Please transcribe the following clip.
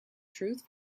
truth